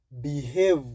Behave